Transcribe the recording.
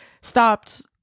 stopped